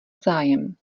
zájem